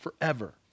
forever